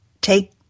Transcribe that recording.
take